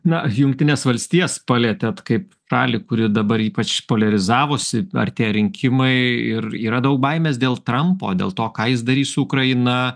na jungtines valstijas palietėt kaip šalį kuri dabar ypač poliarizavosi artėja rinkimai ir yra daug baimės dėl trampo dėl to ką jis darys su ukraina